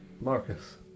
Marcus